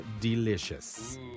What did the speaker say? delicious